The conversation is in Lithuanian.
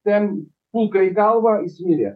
ten kulka į galvą jis mirė